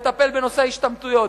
לטפל בנושא ההשתמטויות,